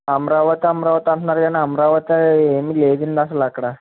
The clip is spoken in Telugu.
అమరావతి అమరావతి అంటున్నారు కానీ అమరావతి ఏమి లేదండి అసలు అక్కడ